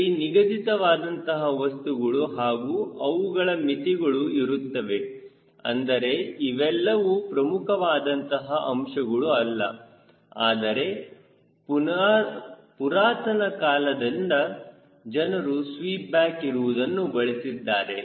ಅಲ್ಲಿ ನಿಗದಿತವಾದಂತಹ ವಸ್ತುಗಳು ಹಾಗೂ ಅವುಗಳ ಮಿತಿಗಳು ಇರುತ್ತವೆ ಆದರೆ ಇವೆಲ್ಲವೂ ಪ್ರಮುಖವಾದಂತಹ ಅಂಶಗಳು ಅಲ್ಲ ಆದರೆ ಪುರಾತನ ಕಾಲದಿಂದ ಜನರು ಸ್ವೀಪ್ ಬ್ಯಾಕ್ ಇರುವುದನ್ನು ಬಳಸಿದ್ದಾರೆ